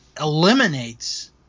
eliminates